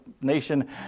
nation